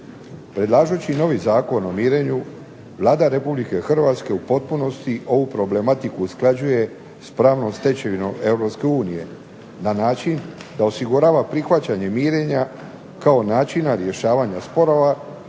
Predlažući novi Zakon o mirenju Vlada Republike Hrvatske u potpunosti ovu problematiku usklađuje s pravnom stečevinom Europske unije, na način da osigurava prihvaćanje mirenja kao načina rješavanja sporova,